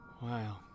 Wow